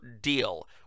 deal